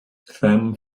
them